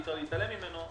אי אפשר להתעלם ממנו,